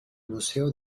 museo